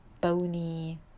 bony